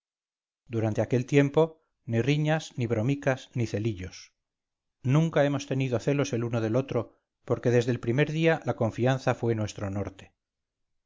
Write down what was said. durante aquel tiempo ni riñas ni bromicas ni celillos nunca hemos tenido celos el uno del otro porque desde el primer día la confianza fue nuestro norte